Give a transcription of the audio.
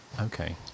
Okay